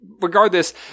regardless